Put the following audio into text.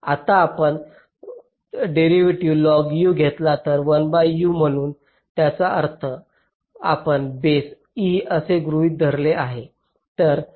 आता आपण व्युत्पन्न घेतला आहे म्हणून याचा अर्थ आपण बेस e असे गृहित धरले आहे